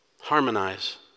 Harmonize